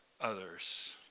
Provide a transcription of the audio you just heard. others